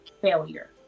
failure